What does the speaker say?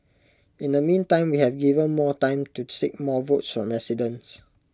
in the meantime we have given more time to seek more votes from residents